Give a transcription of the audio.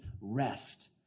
rest